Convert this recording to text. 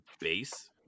base